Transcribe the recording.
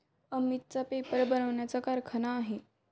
अमितचा पेपर बनवण्याचा कारखाना आहे